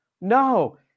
no